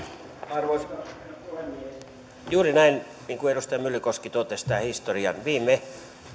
arvoisa herra puhemies juuri näin niin kuin edustaja myllykoski totesi tämä historia on viime